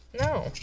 No